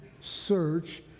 Search